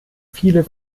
viele